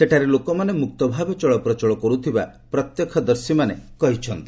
ସେଠାରେ ଲୋକମାନେ ମୁକ୍ତଭାବେ ଚଳପ୍ରଚଳ କରୁଥିବା ପ୍ରତ୍ୟକ୍ଷଦର୍ଶୀମାନେ କହିଛନ୍ତି